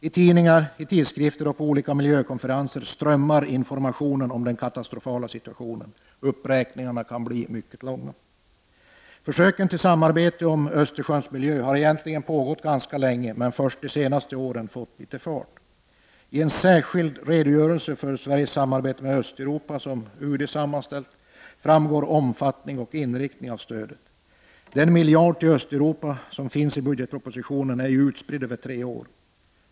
I tidningar och tidskrifter och på olika miljökonferenser flödar informationen om den katastrofala situationen. Uppräkningarna kan bli mycket långa. Försöken till samarbete om Östersjöns miljö har egentligen pågått ganska länge men först de senaste åren fått fart. I en särskild redogörelse för Sveriges samarbete med Östeuropa som UD sammanställt framgår stödets omfattning och inriktning. Den miljard till Östeuropa som föreslås i budgetpropositionen är utspridd över tre år.